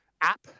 app